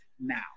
now